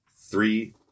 three